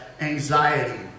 anxiety